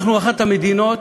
אנחנו אחת המדינות